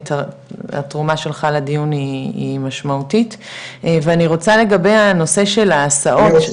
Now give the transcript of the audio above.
התרומה שלך לדיון היא משמעותית ואני רוצה לגבי הנושא של ההסעות.